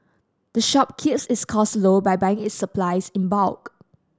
the shop keeps its costs low by buying its supplies in bulk